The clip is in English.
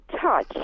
touch